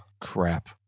crap